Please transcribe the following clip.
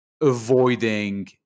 avoiding